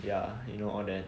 ya you know all that